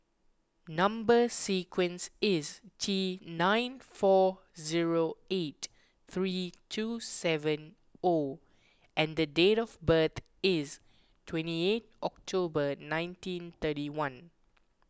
Number Sequence is T nine four zero eight three two seven O and date of birth is twenty eight October nineteen thirty one